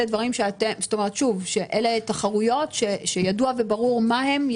אלה תחרויות שידוע וברור מה הן?